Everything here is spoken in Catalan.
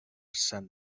sant